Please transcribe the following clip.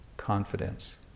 confidence